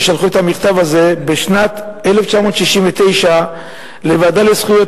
ששלחו את המכתב הזה בשנת 1969 לוועדה לזכויות